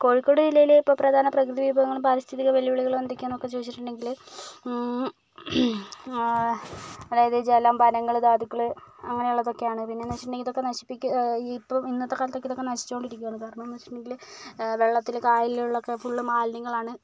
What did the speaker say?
കോഴിക്കോട് ജില്ലയിലെ ഇപ്പോൾ പ്രധാന പ്രകൃതി വിഭവങ്ങളും പാരിസ്ഥിതിക വെല്ലുവിളികളും എന്തൊക്കെയാണ് എന്ന് ചോദിച്ചിട്ടുണ്ടെങ്കില് അതായത് ജലം വനങ്ങൾ ധാതുക്കൾ അങ്ങനെയുള്ളത് ഒക്കെയാണ് പിന്നെ എന്ന് വെച്ചിട്ടുണ്ടേൽ ഇതൊക്കെ നശിപ്പിക്ക് ഇപ്പോൾ ഇന്നത്തെ കാലത്തൊക്കെ ഇതൊക്കെ നശിച്ചുകൊണ്ടിരിക്കുവാണ് കാരണം എന്ന് വെച്ചിട്ടുണ്ടെങ്കില് വെള്ളത്തില് കായൽ വെള്ളം ഒക്കെ ഫുൾ മാലിന്യങ്ങളാണ്